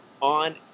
on